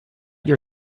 your